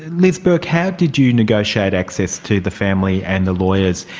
liz burke, how did you negotiate access to the family and the lawyers?